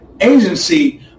Agency